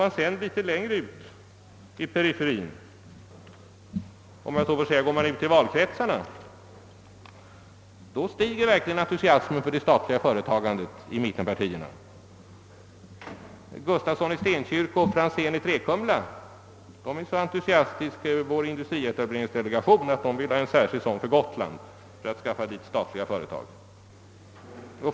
Går man litet längre ut i periferin — ut i valkretsarna, om jag så får säga — stiger verkligen entusiasmen för det statliga företagandet i mittenpartierna. Herrar Gustafsson i Stenkyrka och Franzén i Träkumla är så entusiastiska över vår industrietableringsdelegation att de vill ha en särskild sådan för Gotland för att skaffa dit statliga företag.